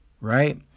right